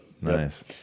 Nice